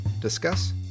discuss